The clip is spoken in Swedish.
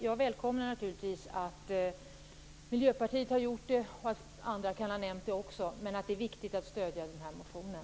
Jag välkomnar naturligtvis att Miljöpartiet har nämnt detta och att även andra kan ha gjort det. Det är viktigt att stödja motionen.